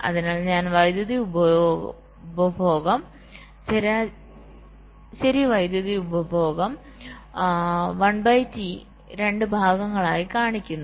അതിനാൽ ഞാൻ വൈദ്യുതി ഉപഭോഗം ശരാശരി വൈദ്യുതി ഉപഭോഗം 1 ബൈ T രണ്ട് ഭാഗങ്ങളായി കാണിക്കുന്നു